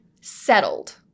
settled